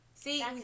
See